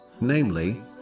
namely